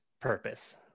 purpose